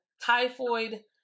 Typhoid